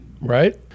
Right